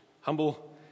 humble